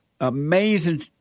Amazing